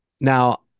Now